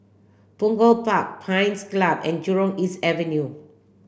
Punggol Park Pines Club and Jurong East Avenue